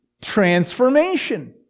transformation